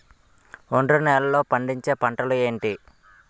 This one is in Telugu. ఒండ్రు నేలలో పండించే పంటలు ఏంటి?